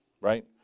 right